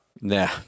Nah